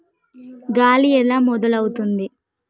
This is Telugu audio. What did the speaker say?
గాలి ఎలా మొదలవుతుంది?